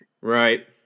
Right